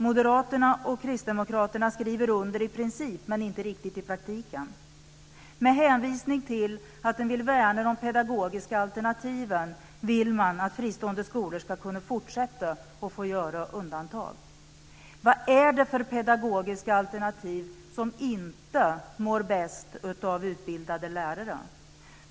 Moderaterna och Kristdemokraterna skriver under i princip men inte riktigt i praktiken. Med hänvisning till att man vill värna de pedagogiska alternativen vill man att fristående skolor ska kunna fortsätta att göra undantag. Vad är det för pedagogiska alternativ som inte mår bäst av utbildade lärare?